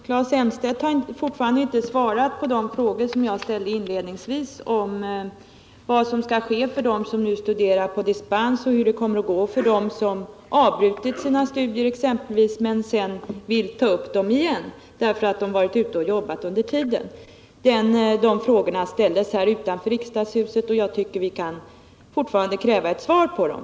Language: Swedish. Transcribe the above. Herr talman! Claes Elmstedt har fortfarande inte svarat på de frågor som jag ställde inledningsvis om vad som skall ske för dem som studerar på dispens och hur det kommer att gå exempelvis för dem som avbrutit sina studier för att vara ute och jobba men sedan vill ta upp dem igen. De frågorna ställdes här utanför riksdagshuset, och jag tycker fortfarande att vi kan kräva svar på dem.